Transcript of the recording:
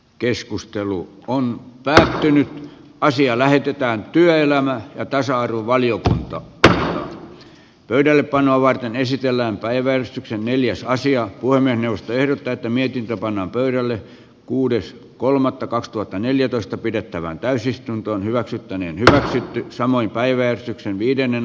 keskustelu on pöly asia lähetetään työelämä ja tasa arvovalioita rock pöydällepanoa varten esitellään päivän neljässä asia kuin ennusteiden tätä mietintö pannaan pöydälle kuudes kolmatta kaksituhattaneljätoista pidettävään täysistunto hyväksyttäneen tai sitten saman päivän viidennen